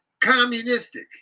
communistic